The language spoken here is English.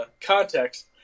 context